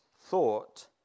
thought